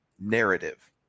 narrative